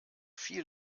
viel